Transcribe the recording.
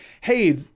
hey